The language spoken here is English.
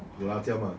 有辣椒吗:you lah jiao ma